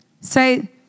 Say